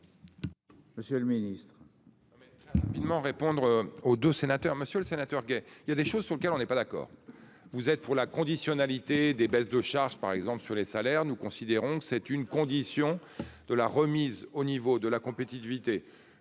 Monsieur le Ministre.